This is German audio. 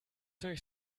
durch